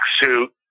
suit